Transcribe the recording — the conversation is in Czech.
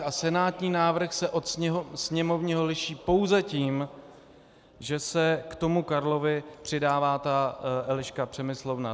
A senátní návrh se od sněmovního liší pouze tím, že se k tomu Karlovi přidává Eliška Přemyslovna.